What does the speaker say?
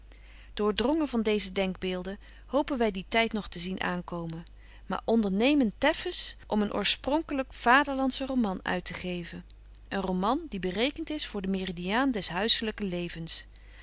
doordrongen van deeze denkbeelden hopen wy dien tyd nog te zien aankomen maar ondernemen teffens om een oorspronkèlyk vaderlandschen roman uittegeven een roman die berekent is voor den meridiaan des huisselyken levens